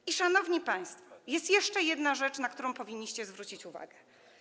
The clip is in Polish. I, szanowni państwo, jest jeszcze jedna rzecz, na którą powinniście zwrócić uwagę.